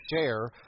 share